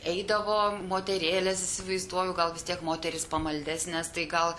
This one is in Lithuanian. eidavo moterėlės įsivaizduoju gal vis tiek moterys pamaldesnės tai gal